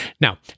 Now